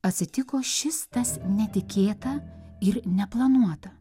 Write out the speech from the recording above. atsitiko šis tas netikėta ir neplanuota